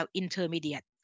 intermediate